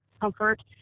comfort